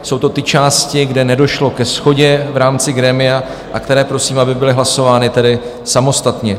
Jsou to ty části, kde nedošlo ke shodě v rámci grémia a které prosím, aby byly hlasovány tedy samostatně.